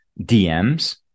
DMs